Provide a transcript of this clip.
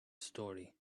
story